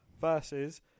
versus